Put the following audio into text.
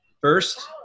first